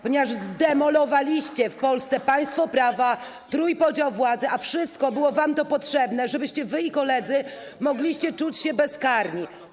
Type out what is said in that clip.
ponieważ zdemolowaliście w Polsce państwo prawa, trójpodział władzy, a wszystko to było wam potrzebne, żebyście wy i koledzy mogli czuć się bezkarni.